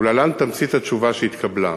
ולהלן תמצית התשובה שהתקבלה: